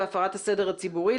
בהפרת הסדר הציבורי,